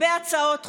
בהצעות חוק,